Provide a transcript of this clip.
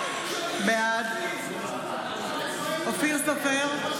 בעד אופיר סופר,